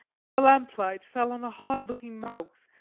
and the lamplight fell on a hard-looking mouth,